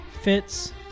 Fitz